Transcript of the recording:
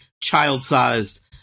child-sized